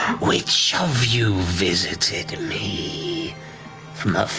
which of you visited me from